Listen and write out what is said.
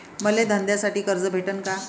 मले धंद्यासाठी कर्ज भेटन का?